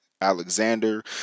Alexander